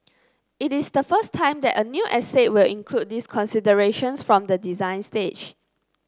it is the first time that a new estate will include these considerations from the design stage